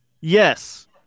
Yes